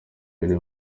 biri